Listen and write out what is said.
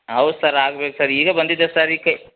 ಹೌದ್ ಸರ್ ಆಗ್ಬೇಕು ಸರ್ ಈಗ ಬಂದಿದೆ ಸರ್ ಈಕೆ